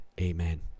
amen